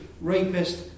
rapist